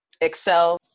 excel